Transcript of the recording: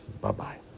Bye-bye